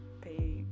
pay